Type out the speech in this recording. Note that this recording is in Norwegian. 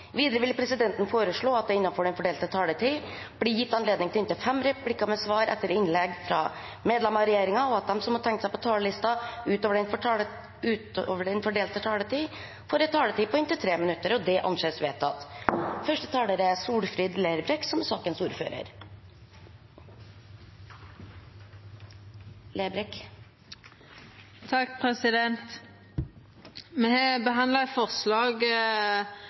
Videre vil presidenten foreslå at det – innenfor den fordelte taletid – blir gitt anledning til inntil fem replikker med svar etter innlegg fra medlemmer av regjeringen, og at de som måtte tegne seg på talerlisten utover den fordelte taletid, får en taletid på inntil 3 minutter. – Det anses vedtatt. Når Stortinget i dag behandler en styrking av arbeidsmiljølovens bestemmelser om varsling, er det en sak mange har ventet lenge på. Det er et